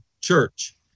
church